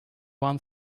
one